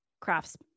crafts